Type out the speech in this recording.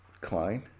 klein